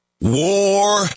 War